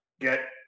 get